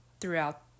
throughout